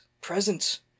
presence